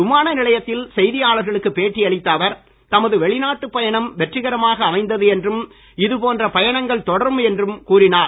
விமான நிலையத்தில் செய்தியாளர்களுக்கு பேட்டி அளித்த அவர் தமது வெளிநாட்டு பயணம் வெற்றிகரமாக அமைந்தது என்றும் இதுபோன்ற பயணங்கள் தொடரும் என்றும் கூறினார்